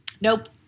Nope